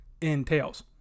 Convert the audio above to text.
entails